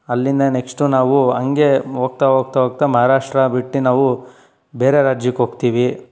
ಅಲ್ಲಿಂದ ನೆಕ್ಷ್ಟು ನಾವು ಹಾಗೆ ಹೋಗ್ತಾ ಹೋಗ್ತಾ ಹೋಗ್ತಾ ಮಹಾರಾಷ್ಟ್ರ ಬಿಟ್ಟು ನಾವು ಬೇರೆ ರಾಜ್ಯಕ್ಕೆ ಹೋಗ್ತೀವಿ